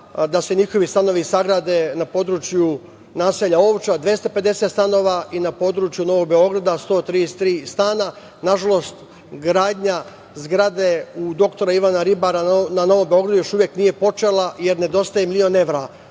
da se njihovi stanovi sagrade na području naselja Ovča 250 stanova i na području Novog Beograda 133 stana. Nažalost, gradnja zgrade u dr Ivana Ribara na Novom Beogradu još uvek nije počela, jer nedostaje milion